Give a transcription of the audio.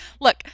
look